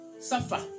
suffer